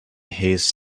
his